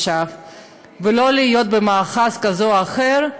ולא במאחז כזה או אחר,